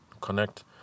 Connect